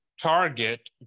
target